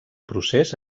procés